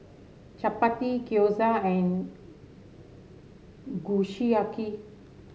Chapati Gyoza and Kushiyaki